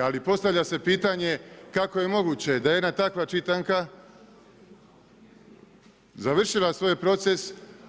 Ali postavlja se pitanje kako je moguće da jedna takva čitanka završila svoj proces,